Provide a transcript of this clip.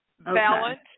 Balance